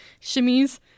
shimmies